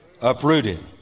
uprooted